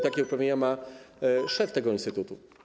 Takie uprawnienia ma szef tego instytutu.